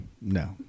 no